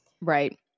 right